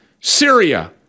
Syria